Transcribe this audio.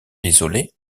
isolée